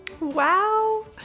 Wow